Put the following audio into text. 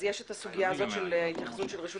אז יש את הסוגיה הזאת של ההתייחסות של רשות